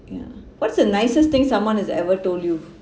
yeah what's the nicest thing someone has ever told you